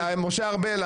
משה ארבל,